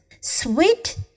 Sweet